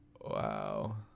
Wow